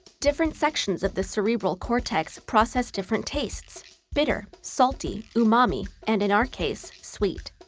different sections of the cerebral cortex process different tastes bitter, salty, umami, and, in our case, sweet.